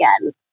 again